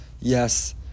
Yes